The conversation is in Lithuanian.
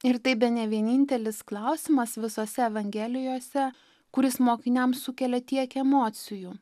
ir tai bene vienintelis klausimas visose evangelijose kuris mokiniams sukelia tiek emocijų